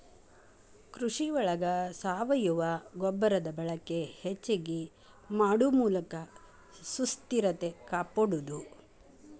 ಕೃಷಿ ಒಳಗ ಸಾವಯುವ ಗೊಬ್ಬರದ ಬಳಕೆ ಹೆಚಗಿ ಮಾಡು ಮೂಲಕ ಸುಸ್ಥಿರತೆ ಕಾಪಾಡುದು